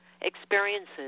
experiences